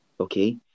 Okay